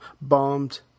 bombed